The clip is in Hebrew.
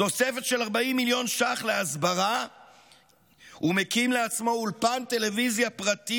תוספת של 40 מיליון ש"ח להסברה ומקים לעצמו אולפן טלוויזיה פרטי